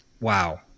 wow